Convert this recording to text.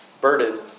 burden